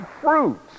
Fruits